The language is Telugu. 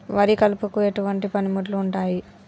వరి కలుపుకు ఎటువంటి పనిముట్లు ఉంటాయి?